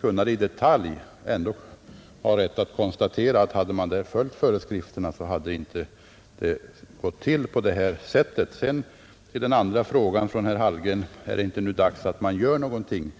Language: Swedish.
gå in på det i detalj ändå ha rätt att konstatera att hade man följt föreskrifterna hade det inte gått till på det här sättet. Sedan ställer herr Hallgren också en annan fråga: Är det inte dags nu att man gör någonting?